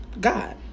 God